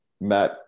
Matt